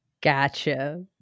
Gotcha